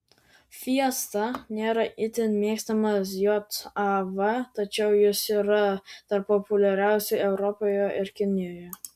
fiesta nėra itin mėgstamas jav tačiau jis yra tarp populiariausių europoje ir kinijoje